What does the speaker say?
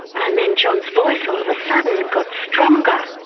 and then john's voice all of a sudden got stronger.